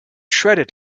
shredded